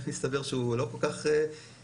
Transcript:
הסתבר שהוא לא כל כך פשוט.